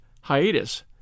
Hiatus